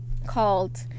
called